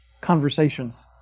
conversations